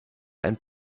ein